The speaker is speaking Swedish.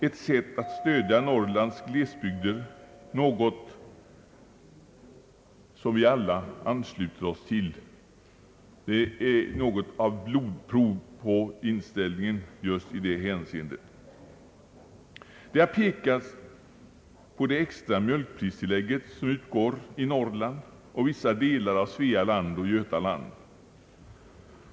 Ett sätt att stödja Norrlands glesbygder, något som vi alla ansluter oss till, är något av ett blodprov på vår inställning just i detta hänseende. Det har pekats på det extra mjölkpristillägg som utgår i Norrland och vissa delar av Svealand och Götaland.